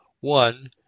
one